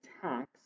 tax